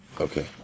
Okay